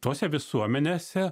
tose visuomenėse